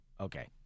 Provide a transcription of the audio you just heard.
Okay